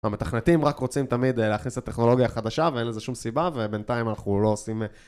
המתכנתים רק רוצים תמיד להכניס את הטכנולוגיה החדשה, ואין לזה שום סיבה, ובינתיים אנחנו לא עושים...